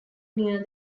near